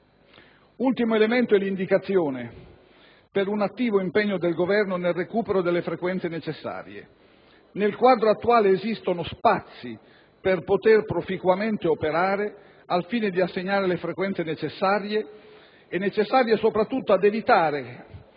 ultimo elemento di indicazione per un attivo impegno del Governo nel recupero delle frequenze necessarie. Nel quadro attuale esistono spazi per poter proficuamente operare al fine di assegnare le frequenze necessarie, soprattutto, ad evitare